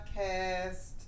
podcast